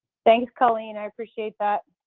thanks, colleen. i appreciate that.